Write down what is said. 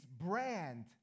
brand